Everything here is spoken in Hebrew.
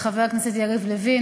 לחברי הכנסת יריב לוין,